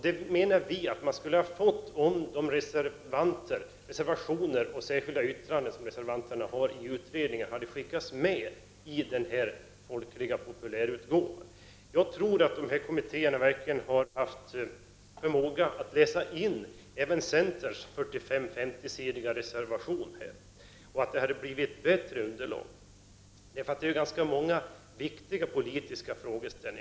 Det menar vi att man skulle ha fått om de reservationer och särskilda yttranden som lämnats till utredningen hade skickats med i den folkliga populärutgåvan. Jag tror att dessa kommittéer verkligen hade haft förmåga att läsa in även centerns 45-50-sidiga reservation, som hade givit ett bättre underlag. Där tas upp ganska många viktiga politiska frågor.